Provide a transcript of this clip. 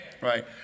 right